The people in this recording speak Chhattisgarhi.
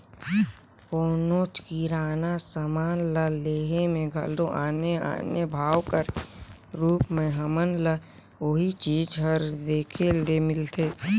कोनोच किराना समान ल लेहे में घलो आने आने भाव कर रूप में हमन ल ओही चीज हर देखे ले मिलथे